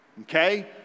Okay